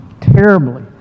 terribly